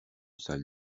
salle